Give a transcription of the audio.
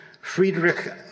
Friedrich